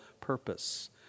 purpose